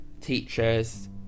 teachers